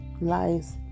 Lies